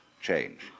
change